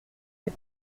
les